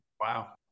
wow